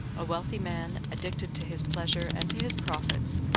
a wealthy man, addicted to his pleasure and to his profits,